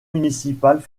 municipales